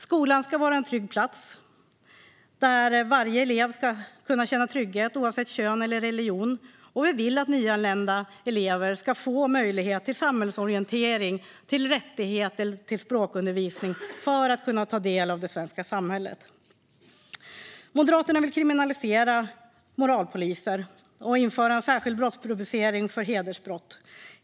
Skolan ska vara en trygg plats där varje elev ska kunna känna trygghet oavsett kön eller religion, och vi vill att nyanlända elever ska få möjlighet till samhällsorientering och språkundervisning för att kunna ta del av det svenska samhället. Moderaterna vill kriminalisera moralpoliser och införa en särskild brottsrubricering för hedersbrott.